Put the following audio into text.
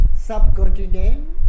subcontinent